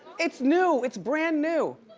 it's new, it's brand new.